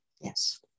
Yes